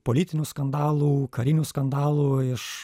politinių skandalų karinių skandalų iš